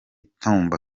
tumba